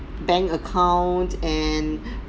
bank account and